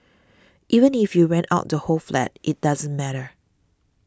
even if you rent out the whole flat it doesn't matter